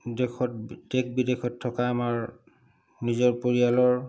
দেশত দেশ বিদেশত থকা আমাৰ নিজৰ পৰিয়ালৰ